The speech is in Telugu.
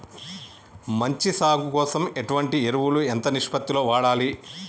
మంచి సాగు కోసం ఎటువంటి ఎరువులు ఎంత నిష్పత్తి లో వాడాలి?